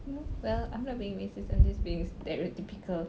oh well I'm not being racist I'm just being stereotypical